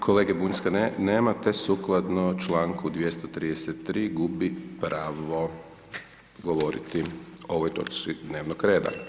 Kolege Bunjca nema te sukladno članku 233. gubi pravo govoriti o ovoj točci dnevnog reda.